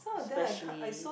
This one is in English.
especially